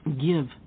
give